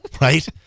Right